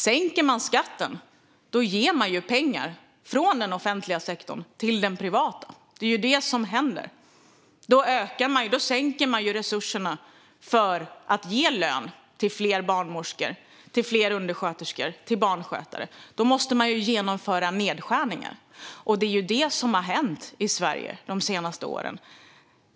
Sänker man skatten ger man pengar från den offentliga sektorn till den privata. Då sänker man resurserna för att ge lön till fler barnmorskor, undersköterskor och barnskötare. Då måste man också genomföra nedskärningar, och det är ju det som har hänt i Sverige de senaste åren.